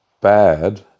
bad